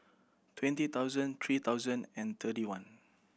twenty thousand three thousand and thirty one